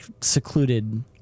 secluded